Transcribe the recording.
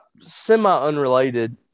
semi-unrelated